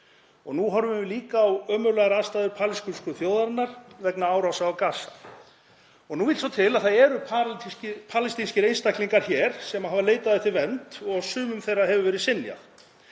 Nú horfum við líka á ömurlegar aðstæður palestínsku þjóðarinnar vegna árása á Gaza. Nú vill svo til að það eru palestínskir einstaklingar hér sem hafa leitað eftir vernd og sumum þeirra hefur verið synjað.